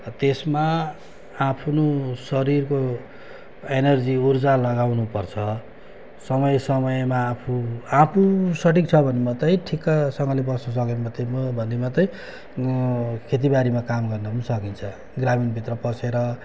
अब त्यसमा आफ्नो शरिरको एनर्जी उर्जा लगाउनु पर्छ समय समयमा आफू आफू सठिक छ भने मात्रै ठिक्कसँगले बस्नुसक्यो भने मात्रै म भने मात्रै खेतीबारीमा काम गर्नु पनि सकिन्छ ग्रामीणभित्र पसेर